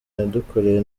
yadukoreye